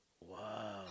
Wow